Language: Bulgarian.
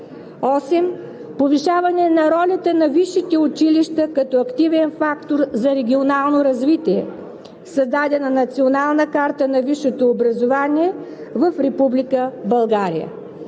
8. Повишаване на ролята на висшите училища като активен фактор за регионално развитие. Създадена национална карта на висшето образование в Република България.